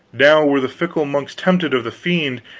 now were the fickle monks tempted of the fiend,